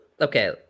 okay